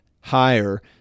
higher